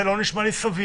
זה לא נשמע לי סביר.